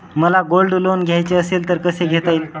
मला gold loan घ्यायचे असेल तर कसे घेता येईल?